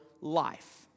life